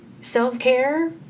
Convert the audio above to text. self-care